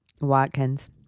Watkins